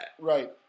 Right